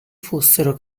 fossero